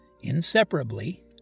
inseparably